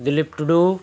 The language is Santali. ᱫᱤᱞᱤᱯ ᱴᱩᱰᱩ